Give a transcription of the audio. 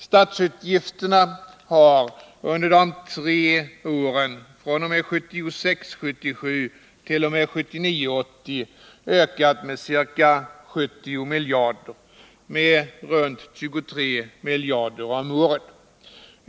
Statsutgifterna har under de tre åren 1976 80 ökat med ca 70 miljarder kronor, dvs. med i runt tal 23 miljarder om året.